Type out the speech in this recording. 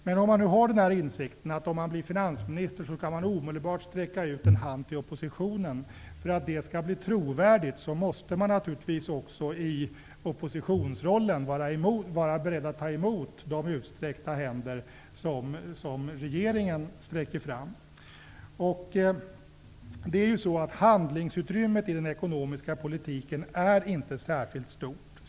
Men om man har den insikten att man, om man skulle bli finansminister, omedelbart skall sträcka ut en hand till oppositionen, måste man naturligtvis också, för att det skall bli trovärdigt, i oppositionsrollen vara beredd att ta emot de händer som regeringen sträcker fram. Handlingsutrymmet i den ekonomiska politiken är inte särskilt stort.